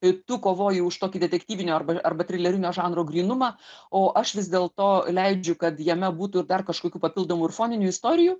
kai tu kovoji už tokį detektyvinio arba arba trilerio žanro grynumą o aš vis dėlto leidžiu kad jame būtų ir dar kažkokių papildomų ir foninių istorijų